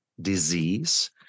disease